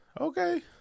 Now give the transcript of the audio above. okay